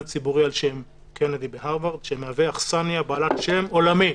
ציבורי על-שם קנדי בהרווארד שמהווה אכסניה בעלת שם עולמי